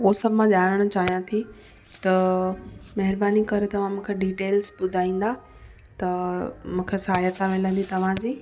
हूअ सभु मां ॼाणण चाहियां थी त महिरबानी करे तव्हां मूंखे डिटेल्स ॿुधाईंदा त मूंखे सहायता मिलंदी तव्हांजी